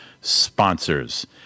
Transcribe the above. sponsors